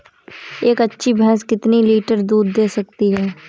एक अच्छी भैंस कितनी लीटर दूध दे सकती है?